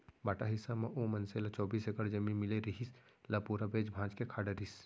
बांटा हिस्सा म ओ मनसे ल चौबीस एकड़ जमीन मिले रिहिस, ल पूरा बेंच भांज के खा डरिस